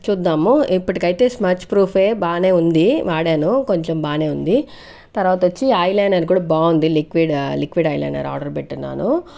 చూద్దాము ఇప్పటికైతే smudge proof బాగానే ఉంది వాడాను కొంచెం బాగానే ఉంది లిక్విడ్ తర్వాత వచ్చి ఐ లైనర్ కూడా బాగుంది liquid liquid eye liner order పెట్టి ఉన్నాను